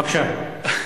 בבקשה.